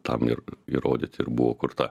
tam ir įrodyt ir buvo kurta